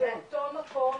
באותו מקום